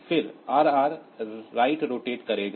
फिर RR right rotate करेगा